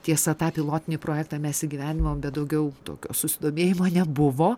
tiesa tą pilotinį projektą mes įgyvenimom bet daugiau tokio susidomėjimo nebuvo